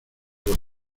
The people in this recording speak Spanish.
los